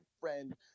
friend